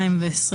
שעה),